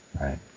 right